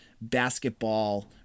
basketball